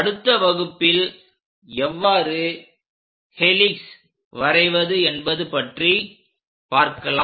அடுத்த வகுப்பில் எவ்வாறு ஹெலிக்ஸ் வரைவது என்பது பற்றி பார்க்கலாம்